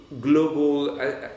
global